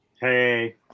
Hey